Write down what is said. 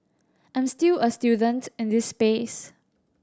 I'm still a student in this space